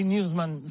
Newsman